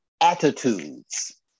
attitudes